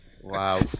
Wow